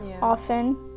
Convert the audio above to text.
often